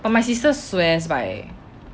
but my sister swears by Drunk Elephant